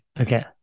okay